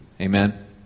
Amen